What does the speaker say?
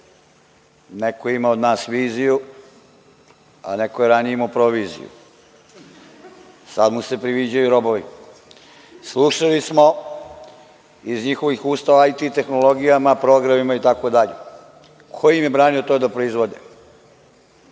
Neko ima od nas viziju, a neko je ranije imao proviziju. Sada mu se priviđaju robovi. Slušali smo iz njihovih usta o IT tehnologijama, programima, itd. Ko im je branio to da proizvode?